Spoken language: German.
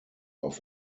auf